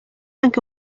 anche